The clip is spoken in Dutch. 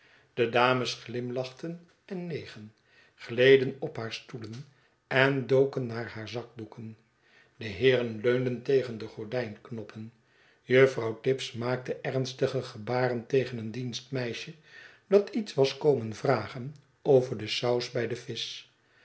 de dames glimlachten en negen gleden op haar stoelen en doken naar haar zakdoeken de heeren leunden tegen de gordijnknoppen juffrouw tibbs maakte ernstige gebaren tegen een dienstmeisje dat iets was komen vragen over de saus bij de visch